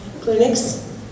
clinics